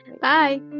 Bye